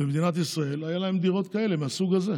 במדינת ישראל, היו בהן דירות כאלה, מהסוג הזה.